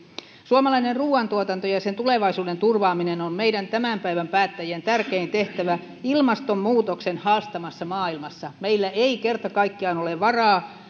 suomalainen ruuantuotanto ja sen tulevaisuuden turvaaminen on meidän tämän päivän päättäjien tärkein tehtävä ilmastonmuutoksen haastamassa maailmassa meillä ei kerta kaikkiaan ole varaa